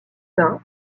pins